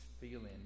feeling